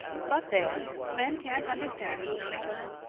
but there men can't understand these things!